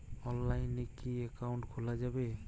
অনলাইনে কি অ্যাকাউন্ট খোলা যাবে?